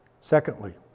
Secondly